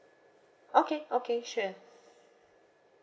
okay okay sure